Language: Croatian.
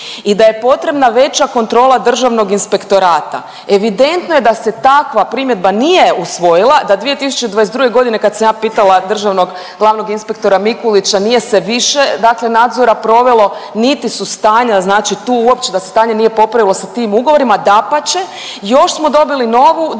i da je potrebna veća kontrola Državnog inspektorata. Evidentno je da se takva primjedba nije usvojila, da 2022.g. kad sam ja pitala državnog glavnog inspektora Mikulića nije se više dakle nadzora provelo, niti su stanja znači tu uopće da se stanje nije popravilo sa tim ugovorima, dapače još smo dobili novu dimenziju